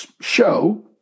show